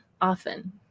Often